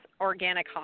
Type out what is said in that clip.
organic